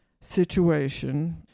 situation